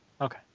Okay